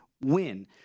win